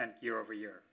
year-over-year